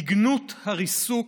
בגנות הריסוק,